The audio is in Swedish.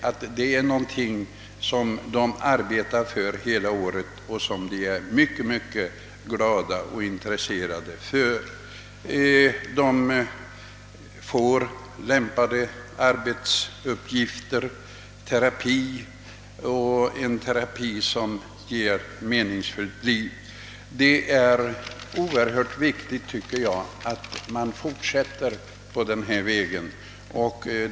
Detta är någonting som de arbetar för hela året och som de är mycket glada och intresserade för. De får lämpliga arbetsuppgifter och terapi, en terapi som ger dem ett meningsfyllt liv. Det är synnerligen viktigt att man fortsätter på denna väg.